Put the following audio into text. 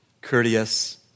courteous